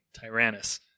Tyrannus